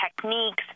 techniques